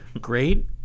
great